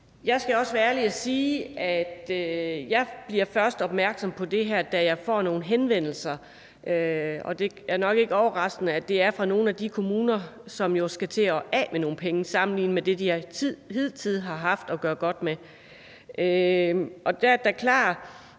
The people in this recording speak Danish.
Jeg skal også være ærlig og sige, at jeg først bliver opmærksom på det her, da jeg får nogle henvendelser. Og det er nok ikke overraskende, at det er fra nogle af de kommuner, som jo skal til at komme af med nogle penge sammenlignet med det, at de hidtil har haft til at gøre godt med. Der er det